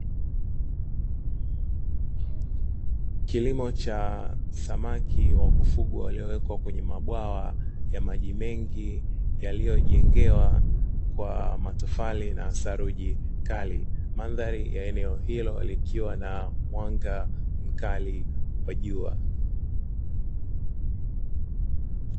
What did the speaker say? Kilimo cha samaki wa kufugwa waliowekwa kwenye mabwawa ya maji mengi yaliyojengewa kwa matofali na saruji kali, mandhari ya eneo hilo likiwa na mwanga mkali wa jua.